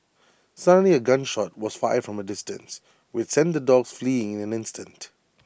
suddenly A gun shot was fired from A distance which sent the dogs fleeing in an instant